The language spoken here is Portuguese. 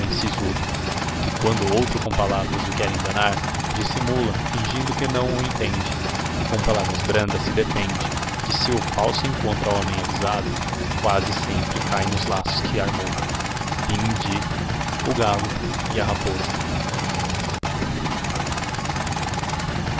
o homem sisudo que quando outro com palavras o quer enganar dissimula fingindo que não o entende e com palavras brandas se defende que se o falso encontra homem avisado quasi sempre cahe nos laços que armou fi fablf as